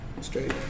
straight